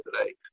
today